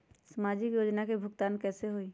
समाजिक योजना के भुगतान कैसे होई?